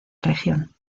región